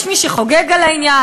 יש מי שחוגג על העניין.